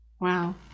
Wow